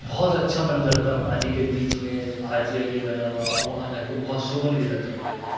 بہت اچھا منظر تھا پانی کے بیچ میں حاجی علی بنا ہوا وہاں جا کے بہت سکون ملا تھا مجھے کو